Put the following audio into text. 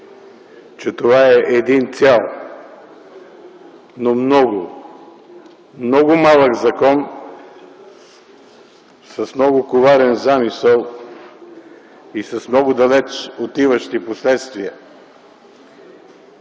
че това е един цял, но много, много малък закон с много коварен замисъл и с много далеч отиващи последствия.